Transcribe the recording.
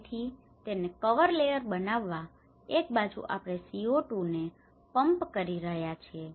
તેથી તેને cover layer બનાવવા એક બાજુ આપણે CO2 ને પંપ કરી રહ્યા છીએ